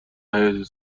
حیاط